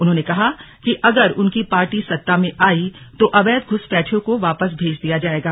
उन्होंने कहा कि अगर उनकी पार्टी सत्ता में आई तो अवैध घुसपैठियों को वापस भेज दिया जायेगा